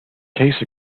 case